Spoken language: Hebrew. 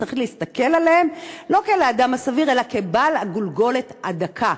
צריך להסתכל עליהם לא כעל האדם הסביר אלא כבעל הגולגולת הדקה.